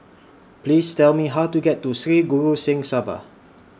Please Tell Me How to get to Sri Guru Singh Sabha